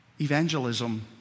Evangelism